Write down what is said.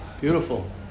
Beautiful